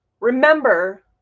Remember